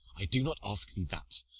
i do not ask thee that.